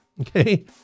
Okay